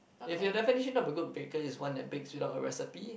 if your definition about a good baker is one that bakes without a recipe